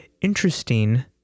interesting